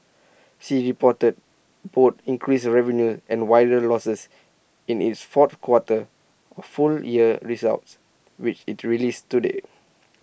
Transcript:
sea reported both increased revenues and wider losses in its fourth quarter and full year results which IT released today